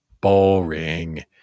Boring